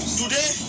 today